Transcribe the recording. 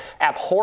abhorrent